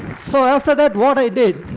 so after that, what i did,